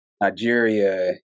nigeria